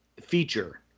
feature